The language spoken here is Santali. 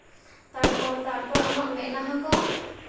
ᱛᱟᱨᱯᱚᱨ ᱛᱟᱨᱯᱚᱨ ᱟᱢᱟᱜ ᱢᱮᱫᱦᱟ ᱠᱚ